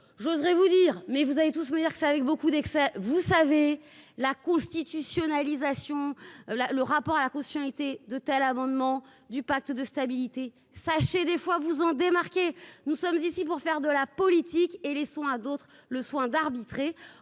voudrais vous dire mais vous avez tout ce qu'on va dire que ça avec beaucoup d'excès, vous savez la constitutionnalisation là le rapport à la caution été de tels amendements du pacte de stabilité. Sachez, des fois vous en démarquer nous sommes ici pour faire de la politique et laissons à d'autres le soin d'arbitrer,